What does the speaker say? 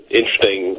interesting